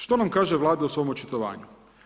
Što nam kaže Vlada u svom očitovanju?